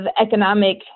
economic